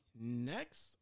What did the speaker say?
next